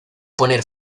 poner